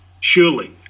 Surely